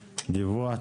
דיווח,